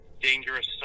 dangerous